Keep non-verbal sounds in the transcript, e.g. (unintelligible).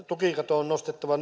tukikatto on nostettava (unintelligible)